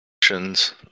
actions